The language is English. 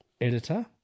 editor